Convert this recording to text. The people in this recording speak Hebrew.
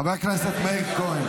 חבר הכנסת קריב,